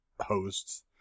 hosts